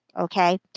Okay